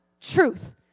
truth